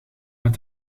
met